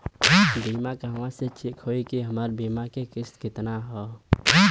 बीमा कहवा से चेक होयी की हमार बीमा के किस्त केतना ह?